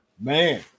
man